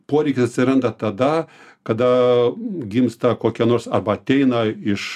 poreikis atsiranda tada kada gimsta kokia nors arba ateina iš